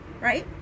right